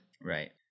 Right